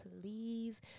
please